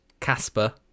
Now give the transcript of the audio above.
Casper